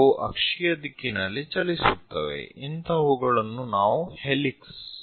ಅವು ಅಕ್ಷೀಯ ದಿಕ್ಕಿನಲ್ಲಿ ಚಲಿಸುತ್ತವೆ ಇಂಥವುಗಳನ್ನು ನಾವು ಹೆಲಿಕ್ಸ್ ಎಂದು ಕರೆಯುತ್ತೇವೆ